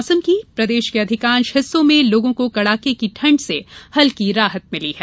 मौसम प्रदेश के अधिकांश हिस्सों में लोगों को कड़ाके ठंड से हल्की राहत मिली है